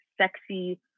sexy